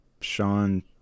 Sean